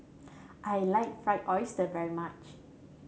I like Fried Oyster very much